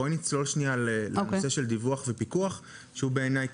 בואי נצלול לנושא של דיווח ופיקוח שהוא בעיניי